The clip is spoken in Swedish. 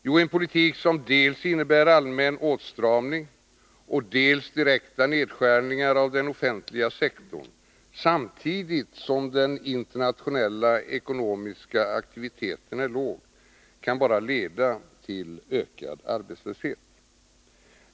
Jo, en politik som innebär dels allmän åstramning, dels direkta nedskärningar av den offentliga sektorn, samtidigt som den internationella ekonomiska aktiviteten är låg, kan bara leda till ökad arbetslöshet.